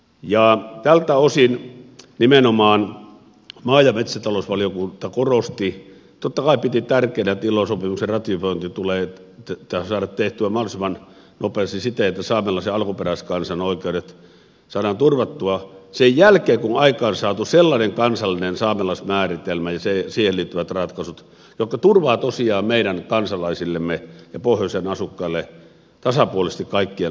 nimenomaan tältä osin maa ja metsätalousvaliokunta korosti totta kai piti tärkeänä että ilo sopimuksen ratifiointi pitää saada tehtyä mahdollisimman nopeasti siten että saamelaisen alkuperäiskansan oikeudet saadaan turvattua sen jälkeen kun on aikaansaatu sellainen kansallinen saamelaismääritelmä ja siihen liittyvät ratkaisut jotka turvaavat tosiaan meidän kansalaisillemme ja pohjoisen asukkaille tasapuolisesti kaikkien asianosaisten oikeudet